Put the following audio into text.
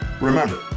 Remember